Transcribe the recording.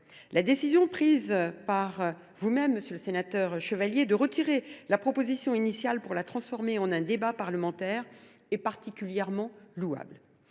La décision prise par vous même, monsieur le sénateur Chevalier, de retirer la proposition de loi initiale pour la remplacer par un débat parlementaire, est particulièrement louable.